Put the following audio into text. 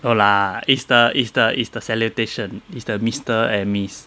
no lah is the is the is the salutation is the mister and miss